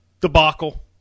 debacle